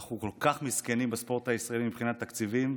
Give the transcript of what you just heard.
אנחנו כל כך מסכנים בספורט הישראלי מבחינת תקציבים,